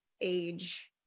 age